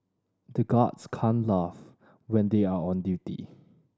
the guards can't laugh when they are on duty